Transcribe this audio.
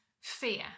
Fear